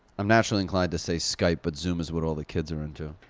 i'm naturally inclined to say skype, but zoom is what all the kids are into.